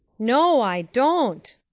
no, i don't,